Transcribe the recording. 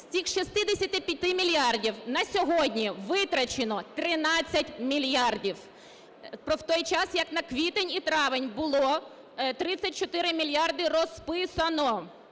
З цих 65 мільярдів на сьогодні витрачено 13 мільярдів, в той час як на квітень і травень було 34 мільярди розписано.